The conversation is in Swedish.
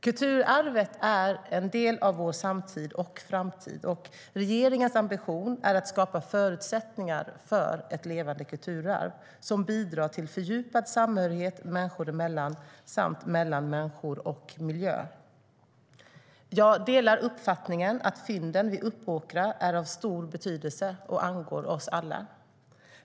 Kulturarvet är en del av vår samtid och framtid, och regeringens ambition är att skapa förutsättningar för ett levande kulturarv som bidrar till fördjupad samhörighet människor emellan samt mellan människor och miljö. Jag delar uppfattningen att fynden vid Uppåkra är av stor betydelse och angår oss alla.